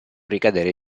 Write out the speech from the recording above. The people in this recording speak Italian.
ricadere